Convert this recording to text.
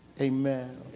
Amen